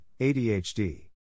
ADHD